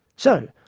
so,